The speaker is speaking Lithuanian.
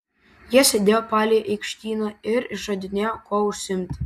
jie sėdėjo palei aikštyną ir išradinėjo kuo užsiimti